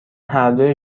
هردو